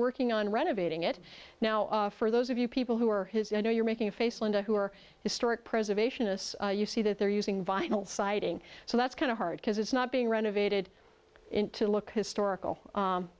working on renovating it now for those of you people who are his i know you're making a face linda who are historic preservation of this you see that they're using vinyl siding so that's kind of hard because it's not being renovated to look historical